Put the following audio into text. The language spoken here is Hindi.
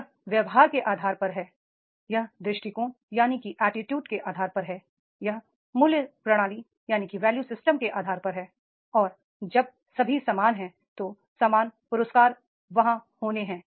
यह व्यवहार के आधार पर है यह दृष्टिकोण के आधार पर है यह वैल्यू सिस्टम के आधार पर है और जब सभी समान हैं तो समान पुरस्कार वहां होने हैं